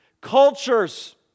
Cultures